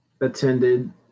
attended